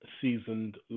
seasoned